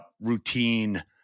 routine